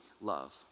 love